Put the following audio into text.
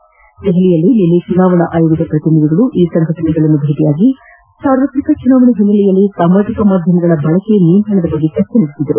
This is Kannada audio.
ನವದೆಹಲಿಯಲ್ಲಿ ನಿನ್ನೆ ಚುನಾವಣಾ ಆಯೋಗದ ಪ್ರತಿನಿಧಿಗಳು ಈ ಸಂಘಟನೆಗಳನ್ನು ಭೇಟ ಮಾಡಿ ಸಾರ್ವತ್ರಿಕ ಚುನಾವಣೆ ಹಿನ್ನೆಲೆಯಲ್ಲಿ ಸಾಮಾಜಿಕ ಮಾಧ್ವಮಗಳ ಬಳಕೆ ನಿಯಂತ್ರಣ ಬಗ್ಗೆ ಚರ್ಚಿಸಿದ್ದಾರೆ